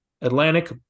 Atlantic